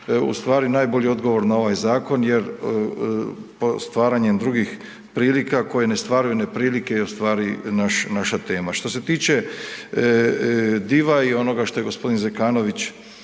u stvari najbolji odgovor na ovaj zakon jer stvaranjem drugi prilika koje ne stvaraju neprilike i ostvari naša tema. Što se tiče Diva i onoga što je gospodin Zekanović